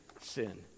sin